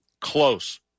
Close